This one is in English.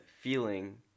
feeling